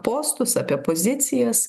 postus apie pozicijas